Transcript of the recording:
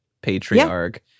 patriarch